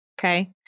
Okay